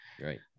Right